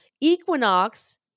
Equinox